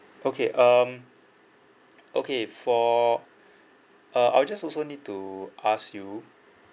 okay um okay for uh I'll just also need to ask you